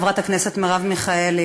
חברת הכנסת מרב מיכאלי,